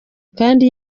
kandi